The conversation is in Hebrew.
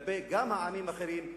גם כלפי עמים אחרים,